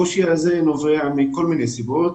הקושי הזה נובע ממספר סיבות: